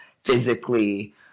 physically